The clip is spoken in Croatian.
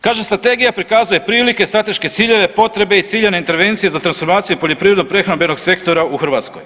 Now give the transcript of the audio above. Kaže strategija prikazuje prilike, strateške ciljeve, potrebe i ciljane intervencije za transformaciju poljoprivredno prehrambenog sektora u Hrvatskoj.